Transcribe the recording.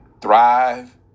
thrive